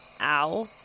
Ow